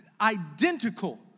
identical